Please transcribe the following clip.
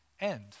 end